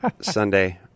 Sunday